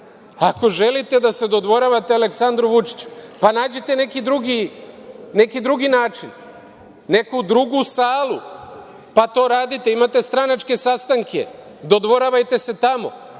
Ako želite da se dodvoravate Aleksandru Vučiću, pa nađite neki drugi način, neku drugu salu, pa to radite, imate stranačke sastanke, dodvoravajte se tamo,